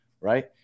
right